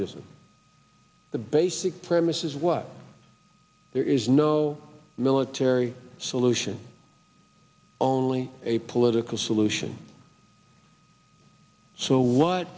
m the basic premise is what there is no military solution only a political solution so wh